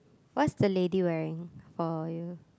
what's the lady wearing for you